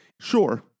Sure